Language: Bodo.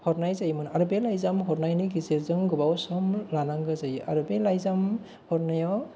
हरनाय जायोमोन आरे बे लाइजाम हरनायनि गेजेरजों गोबाव सम लानांगौ जायो आरो बे लाइजाम हरनायाव